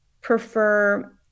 prefer